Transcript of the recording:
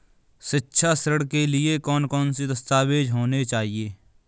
शिक्षा ऋण के लिए कौन कौन से दस्तावेज होने चाहिए?